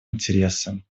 интересам